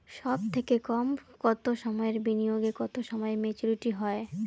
সবথেকে কম কতো সময়ের বিনিয়োগে কতো সময়ে মেচুরিটি হয়?